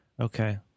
okay